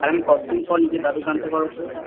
আর আমি কতদিন পর নিজের দাদুকে আনতে পারব স্যার